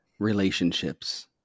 Relationships